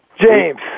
James